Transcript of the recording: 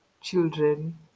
children